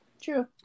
True